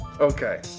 Okay